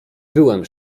byłem